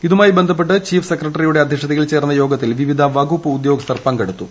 ഇതുമായി ബന്ധപ്പെട്ട് ചീഫ് സെക്രട്ടറിയുടെ അദ്ധ്യക്ഷതയിൽ ചേർന്ന യോഗത്തിൽ വിവിധ വകുപ്പ് ഉദ്യോഗസ്ഥർ പങ്കെടുത്തു